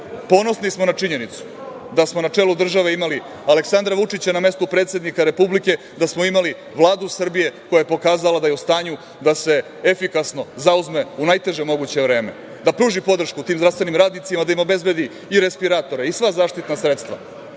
ponosni smo na činjenicu da smo na čelu države imali Aleksandra Vučića na mestu predsednika Republike, da smo imali Vladu Srbije koja je pokazala da je u stanju da se efikasno zauzme u najteže moguće vreme da pruži podršku tim zdravstvenim radnicima, da im obezbedi i respiratore i sva zaštitna sredstva.